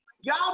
Y'all